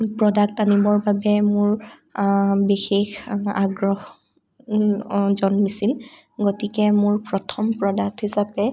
product আনিবৰ বাবে মোৰ বিশেষ আগ্ৰহ অঁ জন্মিছিল গতিকে মোৰ প্ৰথম প্ৰডাক্ট হিচাপে